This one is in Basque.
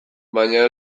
baina